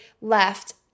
left